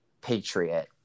Patriot